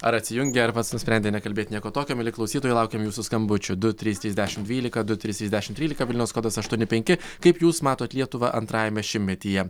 ar atsijungė ar pats nusprendė nekalbėt nieko tokio mieli klausytojai laukiam jūsų skambučių du trys trys dešimt dvylika du trys trys dešimt trylika vilniaus kodas aštuoni penki kaip jūs matot lietuvą antrajame šimtmetyje